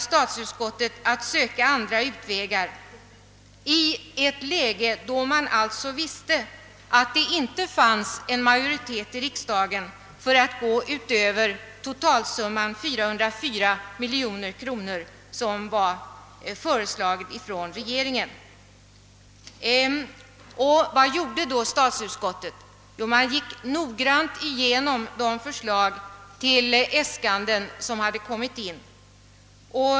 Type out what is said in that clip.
Statsutskottet måste söka andra utvägar i ett läge, där det inte kunde förväntas någon majoritet i riksdagen för att gå utöver totalsumman 404 miljoner kronor, som föreslagits av regeringen. Statsutskottet granskade då noggrant de äskanden som hade gjorts.